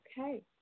Okay